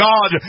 God